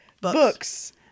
books